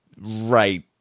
right